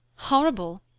horrible!